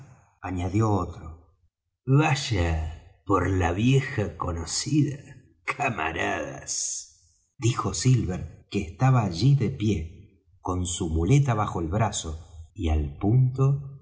añadió otra vaya por la vieja conocida camaradas dijo silver que estaba allí de pie con su muleta bajo el brazo y al punto